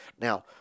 Now